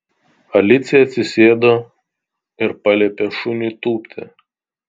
alicija atsisėdo ir paliepė šuniui tūpti